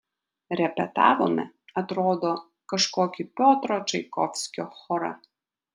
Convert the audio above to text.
repetavome atrodo kažkokį piotro čaikovskio chorą